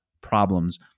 problems